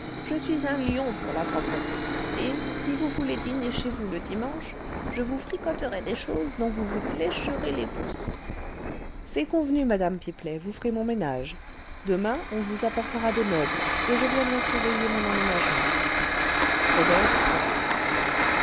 je suis un lion pour la propreté et si vous voulez dîner chez vous le dimanche je vous fricoterai des choses dont vous vous lécherez les pouces c'est convenu madame pipelet vous ferez mon ménage demain on vous apportera des meubles et je viendrai surveiller mon emménagement rodolphe sortit